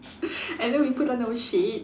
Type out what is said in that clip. and then we put on our shades